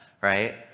Right